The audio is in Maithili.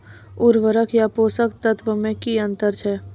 उर्वरक आर पोसक तत्व मे की अन्तर छै?